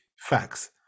Facts